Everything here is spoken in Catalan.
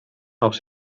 els